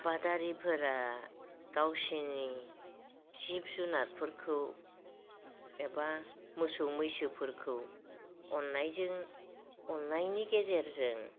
आबादारिफोरा गावसोरनि जिब जुनारफोरखौ एबा मोसौ मैसोफोरखौ अननायजों अननायनि गेजेरजों